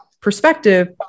perspective